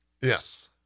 Yes